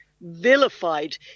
vilified